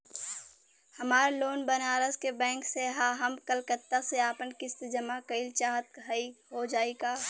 हमार लोन बनारस के बैंक से ह हम कलकत्ता से आपन किस्त जमा कइल चाहत हई हो जाई का?